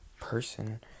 person